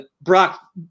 Brock